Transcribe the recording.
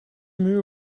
muur